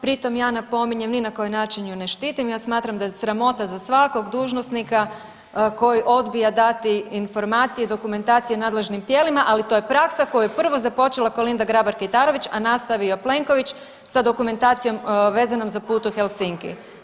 Pri tom ja napominjem ni na koji način ju ne štitim, ja smatram da je sramota za svakog dužnosnika koji odbija dati informacije i dokumentacije nadležnim tijelima, ali to je praksa koju je prvo započela Kolinda Grabar Kitarović, a nastavio Plenković sa dokumentacijom vezanom za put u Helsinki.